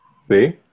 See